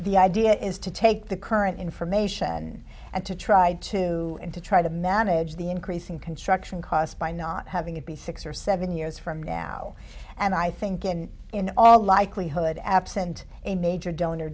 the idea is to take the current information and to try to and to try to manage the increasing construction cost by not having it be six or seven years from now and i think in all likelihood absent a major donor